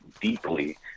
deeply